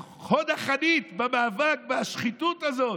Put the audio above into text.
חוד החנית במאבק בשחיתות הזאת,